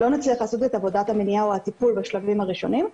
לא נצליח לעשות את עבודת המניעה או הטיפול בשלבים הראשונים,